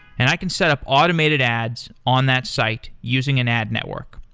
and i can set up automated ads on that site using an ad network,